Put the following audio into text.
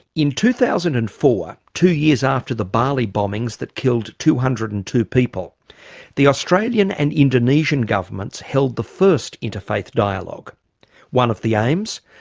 in two thousand and four, two years after the bali bombings that killed two hundred and two people the australian and indonesian governments held the first interfaith dialogue one of the aims,